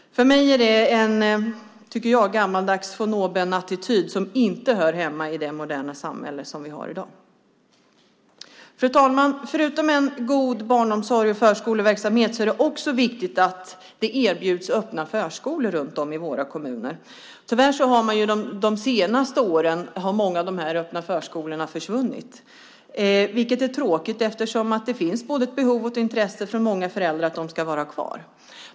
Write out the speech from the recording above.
För mig framstår det som en gammaldags von oben attityd som inte hör hemma i dagens moderna samhälle. Fru talman! Förutom en god barnomsorg och förskoleverksamhet är det också viktigt att öppna förskolor erbjuds runt om i våra kommuner. Tyvärr har många av de öppna förskolorna försvunnit under de senaste åren. Det är tråkigt eftersom det finns både ett behov och ett intresse från många föräldrar av att de är kvar.